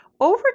Over